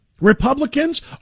Republicans